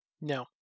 No